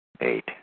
Eight